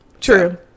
True